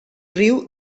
riu